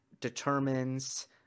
determines